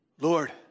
Lord